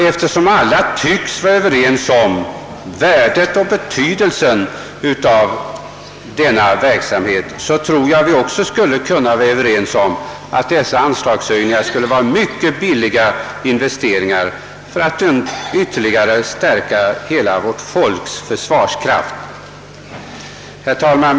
Eftersom alla tycks vara överens om värdet och betydelsen av denna verksamhet tycker jag att vi också borde kunna vara överens om att de föreslagna anslagshöjningarna är mycket billiga investeringar för att ytterligare stärka vårt folks försvarskraft. Herr talman!